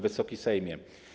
Wysoki Sejmie!